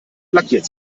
lackiert